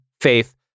faith